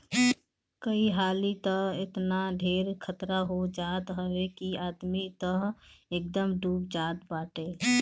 कई हाली तअ एतना ढेर खतरा हो जात हअ कि आदमी तअ एकदमे डूब जात बाटे